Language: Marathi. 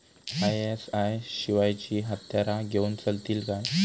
आय.एस.आय शिवायची हत्यारा घेऊन चलतीत काय?